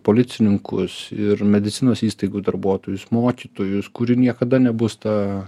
policininkus ir medicinos įstaigų darbuotojus mokytojus kuri niekada nebus ta